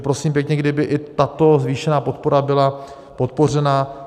Prosím pěkně, kdyby i tato zvýšená podpora byla podpořena.